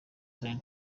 zion